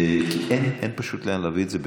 כי פשוט אין לאן להעביר את זה,